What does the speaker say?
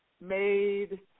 made